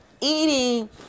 eating